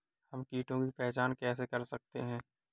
हम कीटों की पहचान कैसे कर सकते हैं?